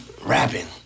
Rapping